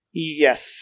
Yes